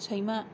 सैमा